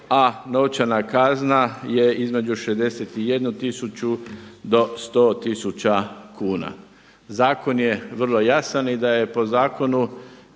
a novčana kazna je između 61 tisuću do 100 tisuća kuna. Zakon je vrlo jasan i da je po zakonu,